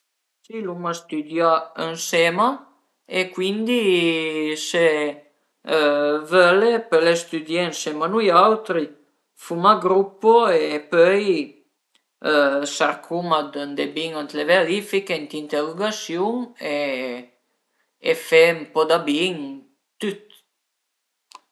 Mi cuandi ai apuntament cun i amis arivu sempre ën anticip përché a mi a m'pias pa esi ën ritard, ma propi përché për fe bela figüra e cuindi a mi a m'pias propi pa esi ën ritard